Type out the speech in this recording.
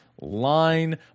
line